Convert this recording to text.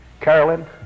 Carolyn